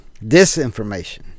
disinformation